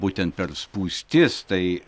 būtent per spūstis tai